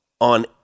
on